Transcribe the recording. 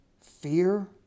fear